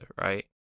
Right